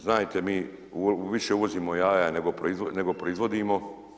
Znajte mi više uvozimo jaja nego proizvodimo.